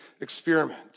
experiment